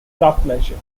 craftsmanship